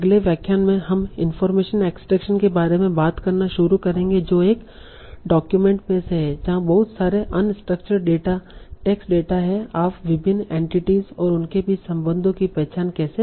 अगले व्याख्यान में हम इनफार्मेशन एक्सट्रैक्शन के बारे में बात करना शुरू करेंगे जो एक डॉक्यूमेंट से है जहां बहुत सारे अनस्ट्रक्चर्ड डेटा टेक्स्ट डेटा हैं आप विभिन्न एंटिटीस और उनके बीच संबंधों की पहचान कैसे